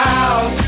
out